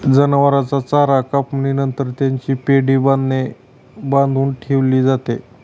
जनावरांचा चारा कापणी नंतर त्याची पेंढी बांधून ठेवली जाते